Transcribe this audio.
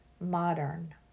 modern